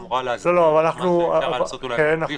שבדיוק אמורה להסדיר את מה שאפשר היה לעשות אולי בלי חוק.